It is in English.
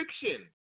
fiction